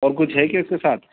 اور کچھ ہے کیا اس کے ساتھ